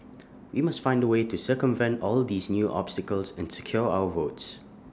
we must find A way to circumvent all these new obstacles and secure our votes